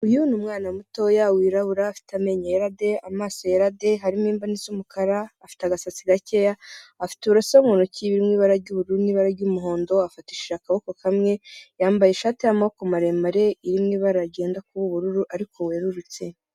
Uyu ni umwana mutoya wirabura, ufite amenyo yera de, amaso yera de, harimo imboni z'umukara, afite agasatsi gakeya, afite uburoso mu ntoki, buri mu ibara ry'ubururu n'ibara ry'umuhondo, afatishije akaboko kamwe, yambaye ishati y'amaboko maremare, iri mu ibara ryenda kuba ubururu ariko wererutse.